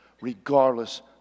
Regardless